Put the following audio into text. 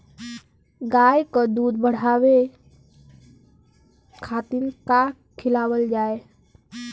गाय क दूध बढ़ावे खातिन का खेलावल जाय?